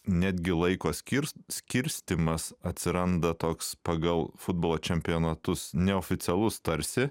netgi laiko skirs skirstymas atsiranda toks pagal futbolo čempionatus neoficialus tarsi